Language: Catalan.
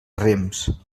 rems